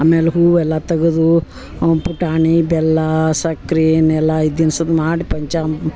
ಆಮೇಲೆ ಹೂವೆಲ್ಲ ತೆಗೆದು ಪುಟಾಣಿ ಬೆಲ್ಲ ಸಕ್ರೆ ಇವನ್ನೆಲ್ಲ ದಿನ್ಸದ್ದು ಮಾಡಿ ಪಂಚಾಮ್